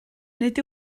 nid